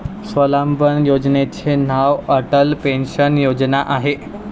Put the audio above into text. स्वावलंबन योजनेचे नाव अटल पेन्शन योजना आहे